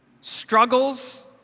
struggles